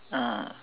uh